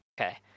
Okay